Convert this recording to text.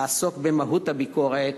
לעסוק במהות הביקורת